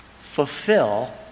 Fulfill